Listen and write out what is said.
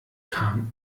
kam